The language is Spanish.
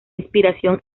inspiración